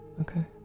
okay